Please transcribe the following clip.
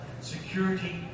Security